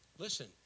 Listen